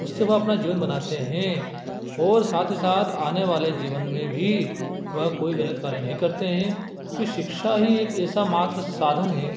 उससे वह अपना जीवन बनाते हैं और साथ ही साथ आने वाले जीवन में भी वह कोई गलत कार्य नहीं करते हैं क्योंकि शिक्षा ही एक ऐसा मात्र साधन है